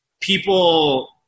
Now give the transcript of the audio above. People